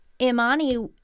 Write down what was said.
Imani